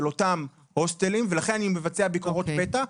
אותם הוסטלים ולכן אני מבצע את אותן ביקורות פתע,